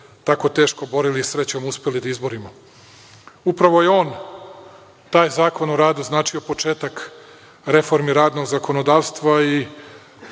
tako teško borili i srećom uspeli da izborimo. Upravo je on, taj zakon o radu, značio početak reformi radnog zakonodavstva i